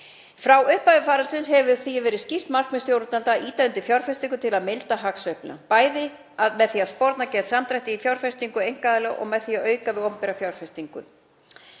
Frá upphafi faraldursins hefur það því verið skýrt markmið stjórnvalda að ýta undir fjárfestingu til að milda hagsveifluna, bæði með því að sporna gegn samdrætti í fjárfestingu einkaaðila og með því að auka við opinbera fjárfestingu.“